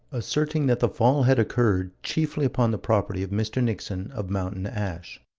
asserting that the fall had occurred, chiefly upon the property of mr. nixon, of mountain ash.